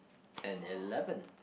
ten eleven